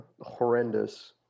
horrendous